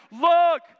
look